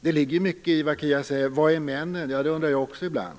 Det ligger mycket i vad Kia Andreasson säger. Var är männen? Det undrar jag också ibland.